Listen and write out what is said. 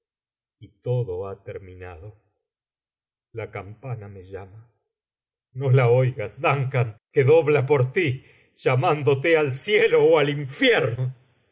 y todo ha terminado la campana me llama no la oigas duncan que dobla por tí llamándote al cielo ó al infierno